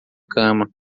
cama